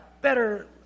better